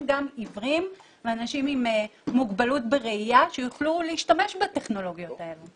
גם עיוורים ואנשים עם מוגבלות בראייה שיוכלו להשתמש בטכנולוגיות האלה.